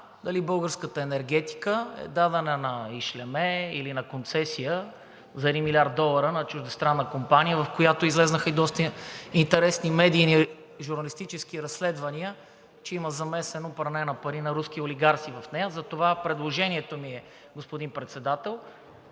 дали българската енергетика е дадена на ишлеме или на концесия за 1 милиард долара на чуждестранна компания, за която излязоха и доста интересни медийни журналистически разследвания, че има замесено пране на пари на руски олигарси в нея. Затова предложението ми е, господин Председател,